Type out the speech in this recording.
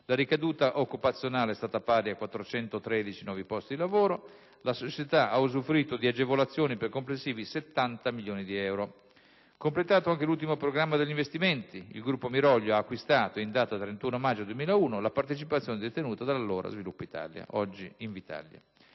complessiva dei progetti è stata pari a 413 nuovi posti di lavoro. La società ha usufruito di agevolazioni per complessivi 70 milioni di euro. Completato anche l'ultimo programma di investimenti, il gruppo Miroglio ha acquistato, in data 31 maggio 2001, la partecipazione detenuta dall'allora Sviluppo Italia (oggi Invitalia).